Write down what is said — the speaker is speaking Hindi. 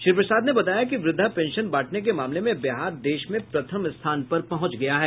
श्री प्रसाद ने बताया कि वृद्धा पेंशन बांटने के मामले में बिहार देश में प्रथम स्थान पर पहुंच गया है